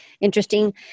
interesting